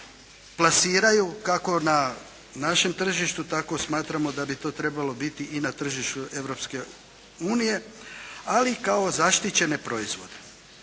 plasiraju kako na našem tržištu, tako smatramo da bito trebalo biti i na tržištu Europske unije, ali i kao zaštićene proizvode.